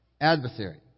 adversary